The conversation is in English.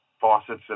faucets